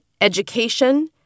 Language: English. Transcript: education